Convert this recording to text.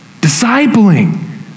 discipling